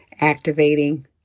activating